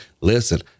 Listen